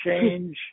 change